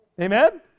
Amen